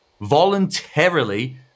voluntarily